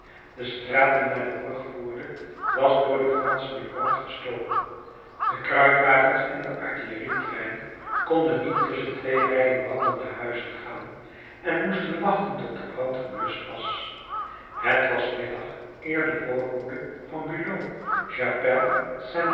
de straat die naar de brug voerde was door de franschen in brand gestoken de kruitwagens en de artillerietrein konden niet tusschen twee rijen brandende huizen gaan en moesten wachten tot de brand gebluscht was het was middag eer de voorhoede van